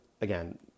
again